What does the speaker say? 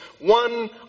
One